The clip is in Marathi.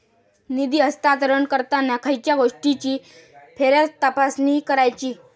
निधी हस्तांतरण करताना खयच्या गोष्टींची फेरतपासणी करायची?